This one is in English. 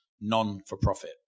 non-for-profit